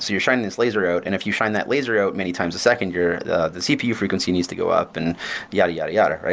you're shining this laser out, and if you shine that laser out many times a second, the the cpu frequency needs to go up and yada, yada, yada.